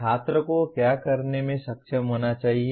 छात्र को क्या करने में सक्षम होना चाहिए